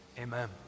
amen